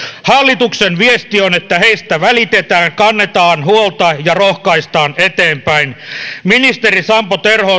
hallituksen viesti on että heistä välitetään kannetaan huolta ja heitä rohkaistaan eteenpäin ministeri sampo terho